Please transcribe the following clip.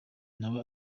nawe